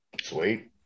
sweet